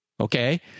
okay